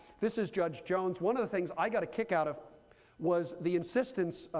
this is judge jones. one of the things i got a kick out of was the insistence,